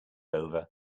over